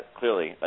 clearly